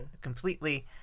Completely